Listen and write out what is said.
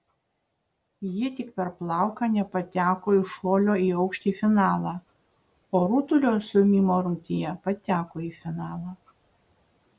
ji tik per plauką nepateko į šuolio į aukštį finalą o rutulio stūmimo rungtyje pateko į finalą